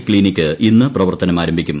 ക്സിനിക് ഇന്ന് പ്രവർത്തനം ആരംഭിക്കും